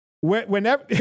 Whenever